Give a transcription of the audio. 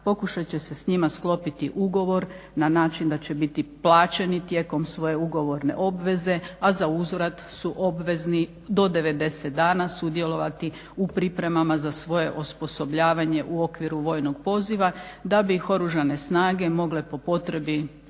pokušat će se s njima sklopiti ugovor na način da će biti plaćeni tijekom svoje ugovorne obveze, a zauzvrat su obvezni do 90 dana sudjelovati u pripremama za svoje osposobljavanje u okviru vojnog poziva da bi ih Oružane snage mogle po potrebi